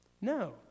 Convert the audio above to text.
No